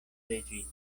reĝino